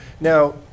Now